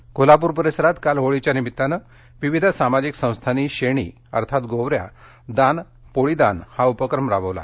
कोल्हापर होळी कोल्हापूर परिसरात काल होळीच्या निमित्तानं विविध सामाजिक संस्थांनी शेणी म्हणजेच गोवऱ्या दान पोळी दान हा उपक्रम राबवला